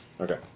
Okay